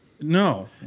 No